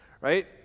right